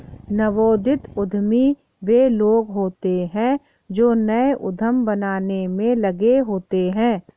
नवोदित उद्यमी वे लोग होते हैं जो नए उद्यम बनाने में लगे होते हैं